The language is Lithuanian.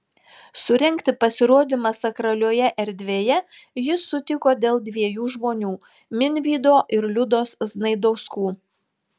surengti pasirodymą sakralioje erdvėje jis sutiko dėl dviejų žmonių minvydo ir liudos znaidauskų